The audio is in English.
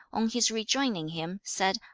on his rejoining him, said,